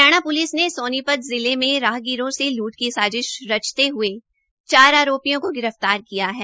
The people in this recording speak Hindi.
हरियाणा प्लिस ने सोनीपत जिले में राहगिरों से लूट की साजिश रचते हये चार आरोपियों का गिरफ्तार किया है